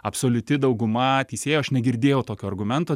absoliuti dauguma teisėjų aš negirdėjau tokio argumento